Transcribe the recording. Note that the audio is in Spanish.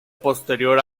posterior